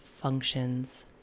functions